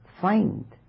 find